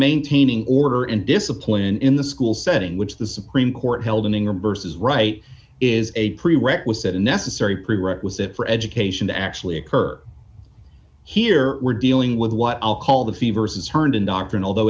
maintaining order and discipline in the school setting which the supreme court held in england versus right is a prerequisite and necessary prerequisite for education to actually occur here we're dealing with what i'll call the fee versus herndon doctrine although